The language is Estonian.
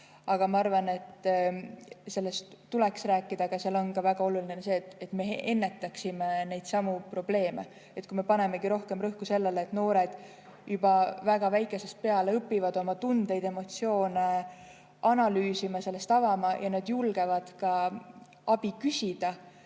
Aga ma arvan, et sellest tuleks rääkida. Seal on ka väga oluline, et me ennetaksime neidsamu probleeme. Kui me paneme rohkem rõhku sellele, et noored juba väga väikesest peale õpivad oma tundeid, emotsioone analüüsima, ennast avama ja nad julgevad ka abi küsida,